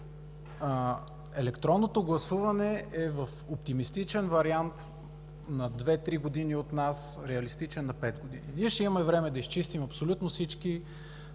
електронното гласуване е в оптимистичен вариант на две-три години от нас, реалистичен – на пет години. Ние ще имаме време да изчистим абсолютно всички